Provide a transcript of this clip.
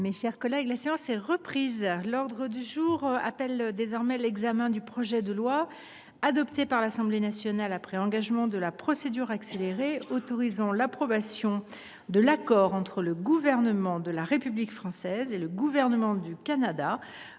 La séance est reprise. L’ordre du jour appelle l’examen du projet de loi, adopté par l’Assemblée nationale après engagement de la procédure accélérée, autorisant l’approbation de l’accord entre le Gouvernement de la République française et le Gouvernement du Canada